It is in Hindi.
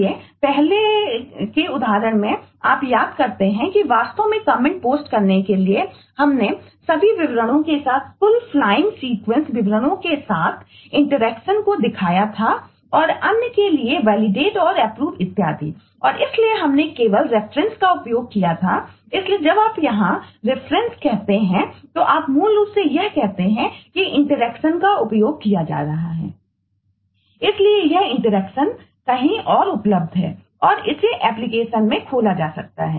इसलिए पहले के उदाहरण में आप याद करते हैं कि वास्तव में कमेंट में खोला जा सकता है